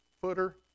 footer